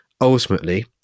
ultimately